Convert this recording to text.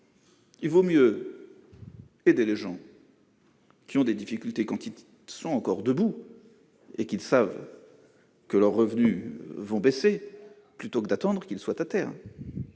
il vaut mieux aider les gens qui ont des difficultés quand ils se tiennent encore debout et qu'ils savent que leurs revenus vont baisser, plutôt que d'attendre qu'ils ne soient à terre.